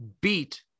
beat